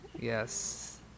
yes